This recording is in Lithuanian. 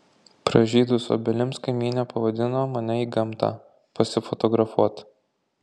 pražydus obelims kaimynė pavadino mane į gamtą pasifotografuot